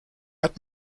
hat